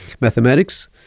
Mathematics